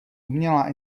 umělá